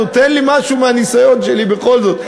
נו, תן לי משהו מהניסיון שלי, בכל זאת.